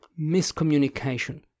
miscommunication